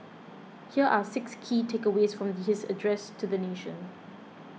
here are six key takeaways from his address to the nation